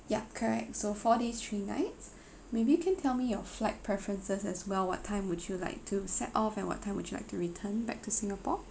yup correct so four days three nights maybe you can tell me your flight preferences as well what time would you like to set off and what time would you like to return back to singapore